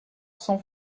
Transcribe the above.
son